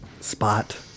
spot